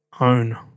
own